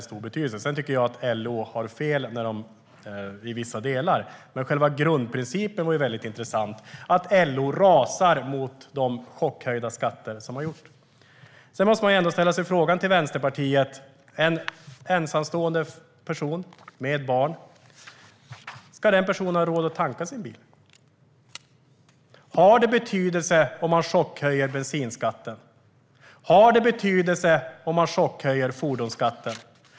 Sedan tycker jag att LO har fel i vissa delar. Men själva grundprincipen är intressant, nämligen att LO rasar mot de chockhöjda skatterna. Jag måste ändå ställa ett par frågor till Vänsterpartiet. Ska en ensamstående person med barn ha råd att tanka sin bil? Har det betydelse om man chockhöjer bensinskatten? Har det betydelse om man chockhöjer fordonsskatten?